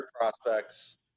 prospects